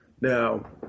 Now